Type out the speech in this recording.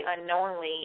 unknowingly